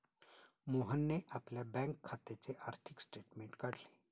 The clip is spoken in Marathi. मोहनने आपल्या बँक खात्याचे आर्थिक स्टेटमेंट काढले